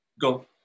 go